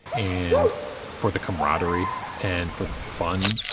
and for the camaraderie, and for the fun.